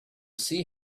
sea